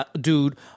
dude